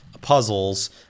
puzzles